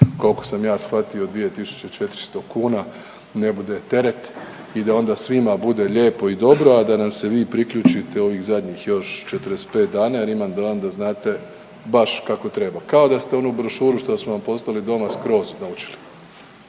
koliko sam ja shvatio 2400 kuna ne bude teret i da onda svima bude lijepo i dobro, a da nam se vi priključite u ovih zadnjih još 45 dana jer imam dojam da znate baš kako treba. Kao da ste onu brošuru što smo vam poslali doma skroz naučili.